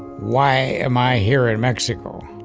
why am i here in mexico?